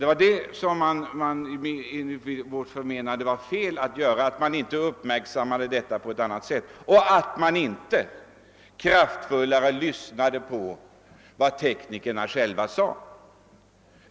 Det var enligt vårt förmenande fel, att man inte uppmärksammade detta och att man inte i större utsträckning lyssnade till vad teknikerna sade.